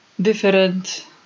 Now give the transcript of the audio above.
different